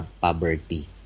poverty